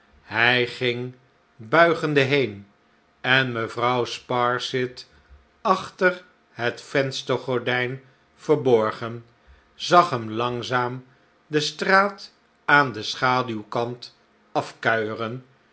hij ging buigende heen en mevrouw sparsit achter het venstergordijn verborgen zag hem langzaam de straat aan den schaduwkant